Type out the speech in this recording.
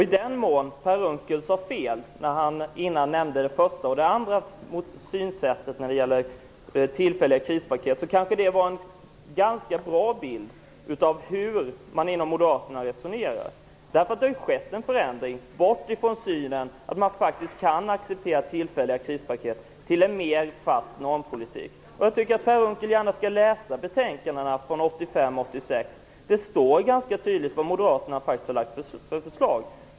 I den mån Per Unckel tar fel när han nämner det första och det andra synsättet på tillfälliga krispaket gav det kanske en ganska bra bild av hur man resonerar inom Moderata samlingspartiet. Det har faktiskt skett en förändring bort från synen att man kan acceptera tillfälliga krispaket till en mer fast normpolitik. Jag tycker att Per Unckel borde läsa betänkandena från 1985/86. Det står där tydligt vilka förslag Moderaterna framlagt.